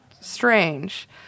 strange